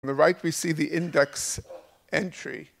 on the right we see the index entry